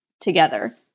together